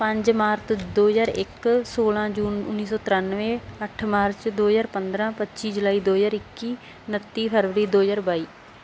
ਪੰਜ ਮਾਰਤ ਦੋ ਹਜ਼ਾਰ ਇੱਕ ਸੌਲਾਂ ਜੂਨ ਉੱਨੀ ਸੌ ਤਰਾਨਵੇਂ ਅੱਠ ਮਾਰਚ ਦੋ ਹਜ਼ਾਰ ਪੰਦਰਾਂ ਪੱਚੀ ਜੁਲਾਈ ਦੋ ਹਜ਼ਾਰ ਇੱਕੀ ਉਨੱਤੀ ਫਰਵਰੀ ਦੋ ਹਜ਼ਾਰ ਬਾਈ